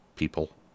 people